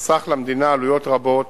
חסך למדינה עלויות רבות,